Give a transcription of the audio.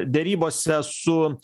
derybose su